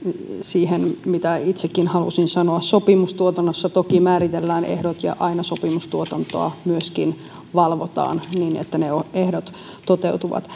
siihen mitä itsekin halusin sanoa sopimustuotannossa toki määritellään ehdot ja aina sopimustuotantoa myöskin valvotaan niin että ne ehdot toteutuvat